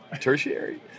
Tertiary